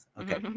Okay